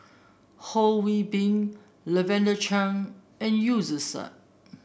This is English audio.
Ho Yee Ping Lavender Chang and Zubir Said